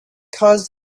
caused